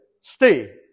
Stay